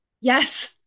Yes